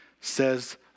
says